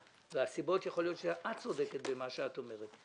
והסיבות - יכול להיות שאת צודקת במה שאת אומרת.